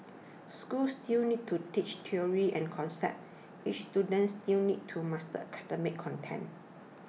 schools still need to teach theories and concepts and students still need to master academic content